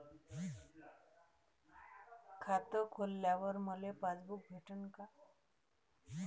खातं खोलल्यावर मले पासबुक भेटन का?